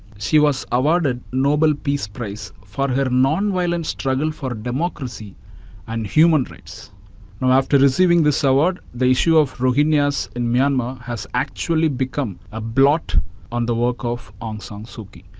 she was awarded nobel peace prize for her non-violent struggle for democracy and human rights now, after receiving this award, the issue of rohingyas in myanmar has actually become a blot on the work of aung san suu kyi.